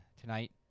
tonight